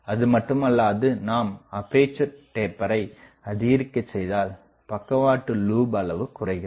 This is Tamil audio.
அதுமட்டுமல்லாது நாம் அப்பேசர் டேப்பர்ரை அதிகரிக்கச் செய்தால் பக்கவாட்டுலூப் அளவு குறைகிறது